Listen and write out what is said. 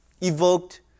evoked